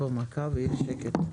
לכנסת.